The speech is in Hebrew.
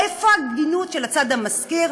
איפה ההגינות של הצד המשכיר?